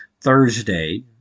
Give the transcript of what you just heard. Thursday